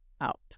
out